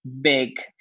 big